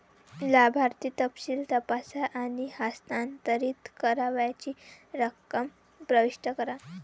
लाभार्थी तपशील तपासा आणि हस्तांतरित करावयाची रक्कम प्रविष्ट करा